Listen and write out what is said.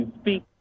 speak